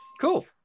Cool